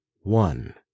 one